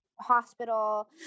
hospital